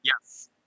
Yes